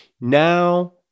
now